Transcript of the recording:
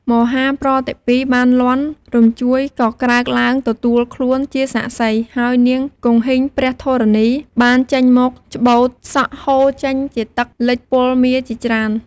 មហាប្រតិពីបានលាន់រញ្ជួយកក្រើកឡើងទទួលខ្លួនជាសាក្សី ហើយនាងគង្ហីងព្រះធរណីបានចេញមកច្បូតសក់ហូរចេញជាទឹកលិចពលមារជាច្រើន។